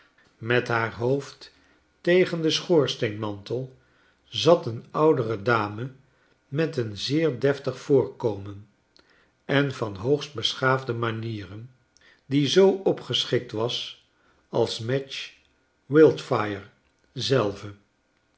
met haar hoofd tegen den schoorsteenmantel zat een oudere dame met een zeer deftig voorkomen en van hoogst beschaafde manieren die zoo opgeschikt was als madge wildfire zelve